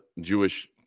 Jewish